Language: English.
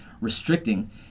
restricting